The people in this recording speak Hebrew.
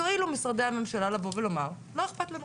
יועילו משרדי הממשלה לבוא ולומר: לא אכפת לנו.